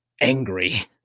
angry